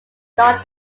start